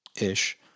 ish